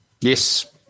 yes